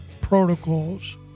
protocols